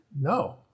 No